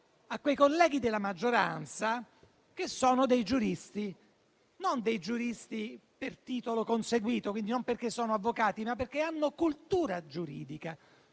a quei colleghi della maggioranza che sono dei giuristi non per titolo conseguito, quindi non perché sono avvocati, ma perché hanno cultura giuridica,